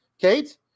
Kate